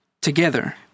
together